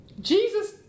jesus